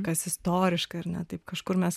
kas istoriškai ar ne taip kažkur mes